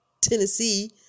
Tennessee